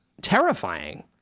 terrifying